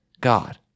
God